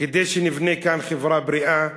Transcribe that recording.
כדי שנבנה כאן חברה בריאה